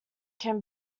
can